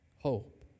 Hope